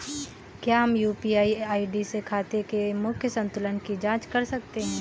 क्या हम UPI ID से खाते के मूख्य संतुलन की जाँच कर सकते हैं?